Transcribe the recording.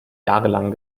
jahrelang